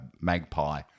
magpie